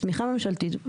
תמיכה ממשלתית,